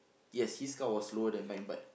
yes his car was slower than mine but